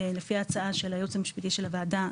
לפי ההצעה של היועץ המשפטי של הוועדה,